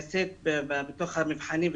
נעשית בתוך המבחנים,